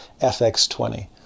FX20